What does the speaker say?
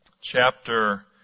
chapter